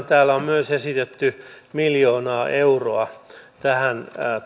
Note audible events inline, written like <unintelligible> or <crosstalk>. <unintelligible> täällä on myös esitetty miljoonaa euroa tähän